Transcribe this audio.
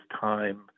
time